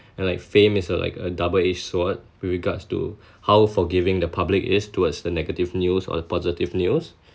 and like fame is a like a double edge sword with regards to how forgiving the public is towards the negative news or the positive news